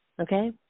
Okay